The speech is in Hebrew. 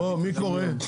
טוב, מי קורא?